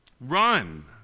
Run